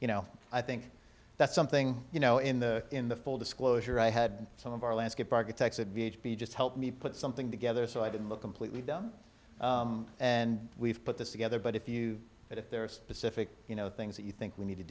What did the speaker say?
you know i think that's something you know in the in the full disclosure i had some of our landscape architects and b h p just helped me put something together so i didn't look completely down and we've put this together but if you put it there are specific you know things that you think we need to